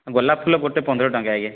ଗୋଲାପ ଫୁଲ ଗୋଟେ ପନ୍ଦର ଟଙ୍କା ଆଜ୍ଞା